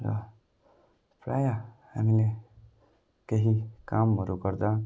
र प्रायः हामीले केही कामहरू गर्दा